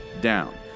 down